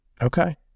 Okay